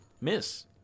miss